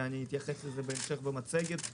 ואני אתייחס לזה בהמשך במצגת.